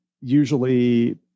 usually